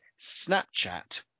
Snapchat